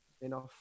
enough